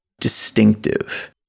distinctive